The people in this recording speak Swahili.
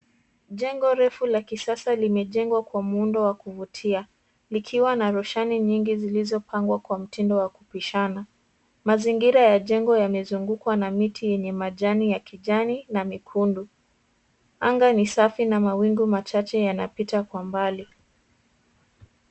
Jengo refu la kisasa limejengwa kwa muundo wa kuvutia, likiwa na roshani nyingi zilizopangwa kwa mtindo wa kupishana. Mazingira ya jengo yamezungukwa na miti yenye majani ya kijani na mekundu, Anga ni safi na mawingu machache yanapita kwa mbali.